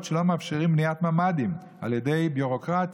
שלא מאפשרות בנית ממ"דים על ידי ביורוקרטיה.